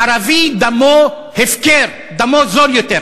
ערבי, דמו הפקר, דמו זול יותר.